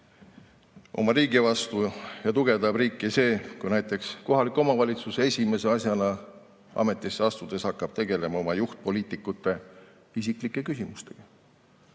oma riigi vastu ja kuidas tugevdab riiki see, kui näiteks kohalik omavalitsus esimese asjana ametisse astudes hakkab tegelema oma juhtpoliitikute isiklike küsimustega,